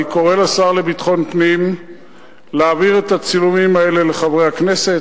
אני קורא לשר לביטחון פנים להעביר את הצילומים האלה לחברי הכנסת,